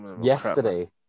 yesterday